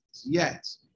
Yes